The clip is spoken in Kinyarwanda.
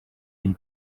iyi